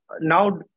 now